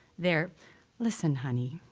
their listen, honey.